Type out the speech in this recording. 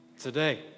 today